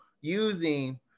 using